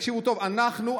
תקשיבו טוב: "אנחנו",